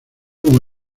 como